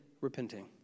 repenting